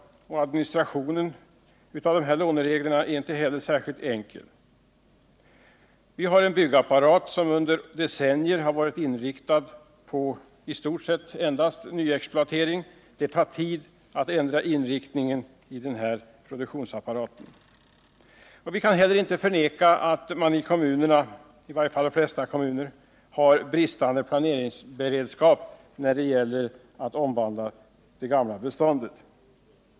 Administrationen av lånen är inte heller särskilt enkel. Vi har en byggapparat som under decennier har varit inriktad på i stort sett endast nyexploatering. Det tar tid att ändra inriktningen på den produktionsapparaten. Vi kan inte heller förneka att man i de flesta kommuner har bristande planeringsberedskap när det gäller att omvandla det gamla beståndet.